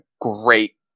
great